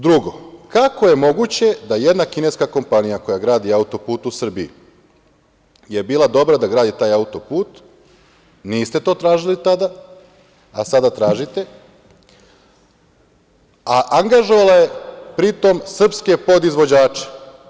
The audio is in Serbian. Drugo, kako je moguće da jedna kineska kompanija koja gradi autoput u Srbiji je bila dobra da gradi taj autoput, niste to tražili tada, a sada tražite, a angažovala je pri tom srpske podizvođače?